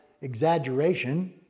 exaggeration